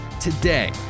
Today